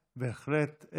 לומד, בהחלט.